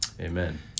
Amen